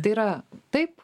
tai yra taip